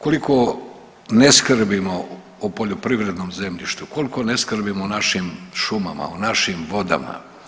Koliko ne skrbimo o poljoprivrednom zemljištu, koliko ne skrbimo o našim šumama, o našim vodama.